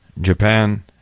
Japan